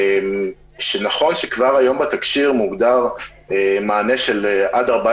נכון שכבר היום בתקשי"ר מוגדר מענה של עד 14